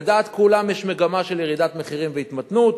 לדעת כולם יש מגמה של ירידת מחירים והתמתנות.